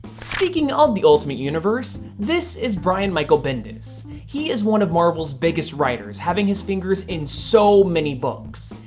speaking of the ultimate universe, this is brian michael bendis. he is one of marvel's biggest writers, having his fingers in so many books.